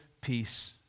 peace